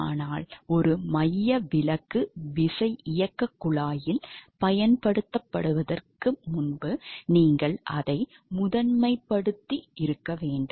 ஆனால் ஒரு மையவிலக்கு விசையியக்கக் குழாயில் பயன்படுத்துவதற்கு முன்பு நீங்கள் அதை முதன்மைப்படுத்த வேண்டும்